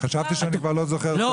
חשבתי שאני כבר לא זוכר טוב.